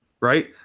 right